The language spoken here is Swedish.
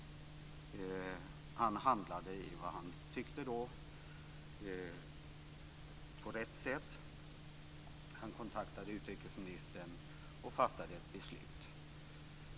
Han tyckte att han handlade på rätt sätt. Han kontaktade utrikesministern och fattade ett beslut.